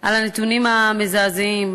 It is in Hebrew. על הנתונים המזעזעים.